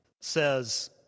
says